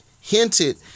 hinted